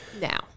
now